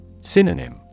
Synonym